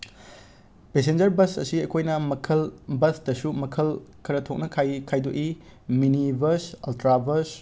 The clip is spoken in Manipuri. ꯄꯦꯁꯦꯟꯖꯔ ꯕꯁ ꯑꯁꯤ ꯑꯩꯈꯣꯏꯅ ꯃꯈꯜ ꯕꯁꯇꯁꯨ ꯃꯈꯜ ꯈꯔ ꯊꯣꯛꯅ ꯈꯥꯏ ꯈꯥꯏꯗꯣꯛꯏ ꯃꯤꯅꯤ ꯕꯁ ꯑꯜꯇ꯭ꯔꯥ ꯕꯁ